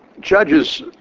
Judges